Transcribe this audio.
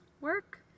work